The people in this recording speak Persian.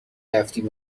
رفتیم